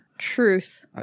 truth